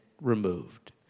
removed